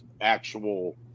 actual